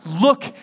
look